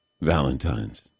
Valentine's